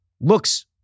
looks